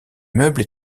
meubles